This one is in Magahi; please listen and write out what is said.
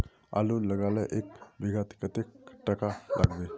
आलूर लगाले एक बिघात कतेक टका लागबे?